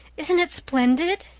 isn't it splendid?